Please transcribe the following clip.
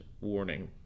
warning